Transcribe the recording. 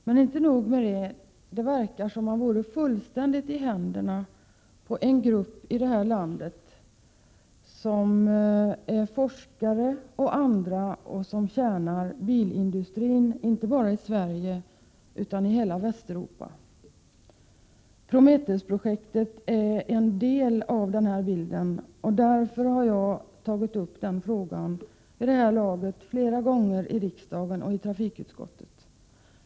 Men inte nog med det — det verkar som om man vore fullständigt i händerna på en grupp här i landet som består av forskare och andra som tjänar bilindustrin inte bara i Sverige utan i hela Västeuropa. Prometheus-projektet är en del av den bilden, och därför har jag tagit upp den frågan flera gånger vid det här laget i riksdagen och i trafikutskottet.